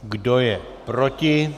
Kdo je proti?